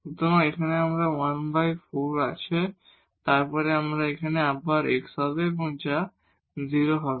সুতরাং এখানে আমাদের 14 হবে এবং তারপরে এখানে আবার x হবে যা 0 হবে